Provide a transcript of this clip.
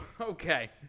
Okay